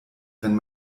wenn